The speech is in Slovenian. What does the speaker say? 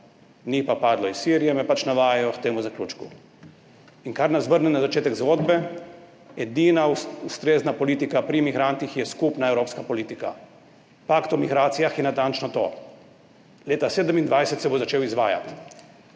ni pa padlo iz Sirije, me pač navajajo k temu zaključku. In kar nas vrne na začetek zgodbe, edina ustrezna politika pri migrantih je skupna evropska politika. Pakt o migracijah je natančno to, leta 2027 se bo začel izvajati.